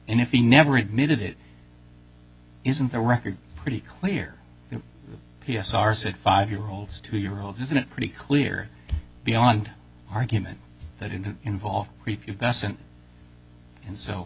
and if he never admitted it isn't the record pretty clear p s r said five year olds two year olds isn't it pretty clear beyond argument that in involved and so